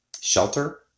shelter